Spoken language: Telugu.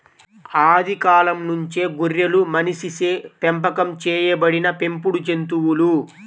ఆది కాలం నుంచే గొర్రెలు మనిషిచే పెంపకం చేయబడిన పెంపుడు జంతువులు